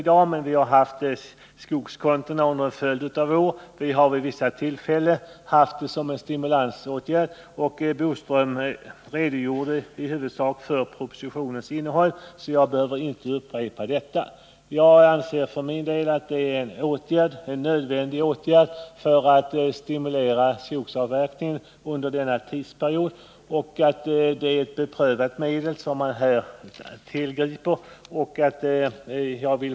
Skogskontona har ju diskuterats tidigare under en följd av år, även om frågorna inte varit exakt desamma som i dag. Curt Boström har redogjort för den nu aktuella propositionens innehåll, så jag behöver inte upprepa det. Jag anser för min del att det som föreslås i propositionen är en nödvändig åtgärd för att stimulera skogsavverkningen under den angivna tidsperioden och att det är ett beprövat medel som man här tillgriper. Herr talman!